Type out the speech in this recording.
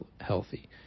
healthy